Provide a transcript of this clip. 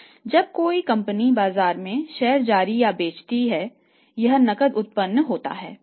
जब कोई कंपनी बाजार में शेयर जारी या बेचती है तब नकद उत्पन्न होता है